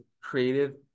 creative